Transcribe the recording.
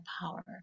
power